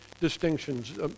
distinctions